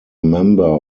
member